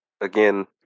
again